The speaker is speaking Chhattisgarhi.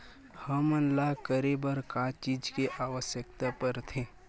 हमन ला करे बर का चीज के आवश्कता परथे?